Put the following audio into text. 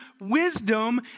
wisdom